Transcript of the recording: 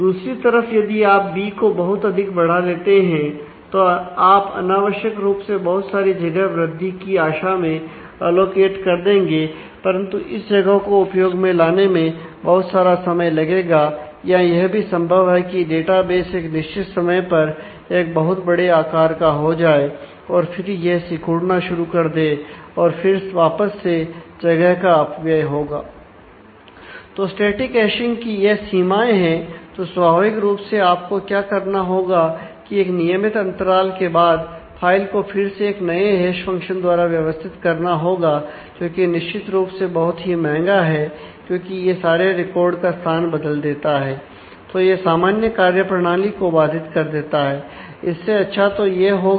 दूसरी तरफ यदि आप बी कर देंगे परंतु इस जगह को उपयोग में लाने में में बहुत सारा समय लगेगा या यह भी संभव है कि डाटाबेस एक निश्चित समय पर एक बहुत बड़े आकार का हो जाए और फिर यह सिकुड़ना शुरू कर दे और फिर वापस से जगह का अपव्यय होगा